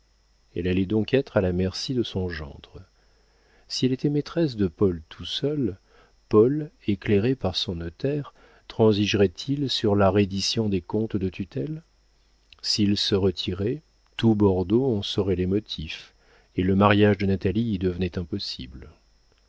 elle allait donc être à la merci de son gendre si elle était maîtresse de paul tout seul paul éclairé par son notaire transigerait il sur la reddition des comptes de tutelle s'il se retirait tout bordeaux en saurait les motifs et le mariage de natalie y devenait impossible